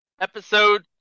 Episode